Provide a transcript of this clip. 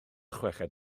chweched